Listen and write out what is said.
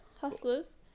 hustlers